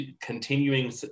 continuing